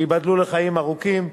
שייבדלו לחיים ארוכים,